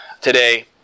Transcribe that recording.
today